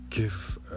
Give